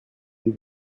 die